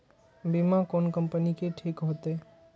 बीमा कोन कम्पनी के ठीक होते?